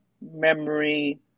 memory